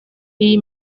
iyi